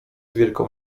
wielką